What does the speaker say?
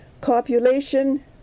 copulation